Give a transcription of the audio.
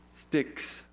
sticks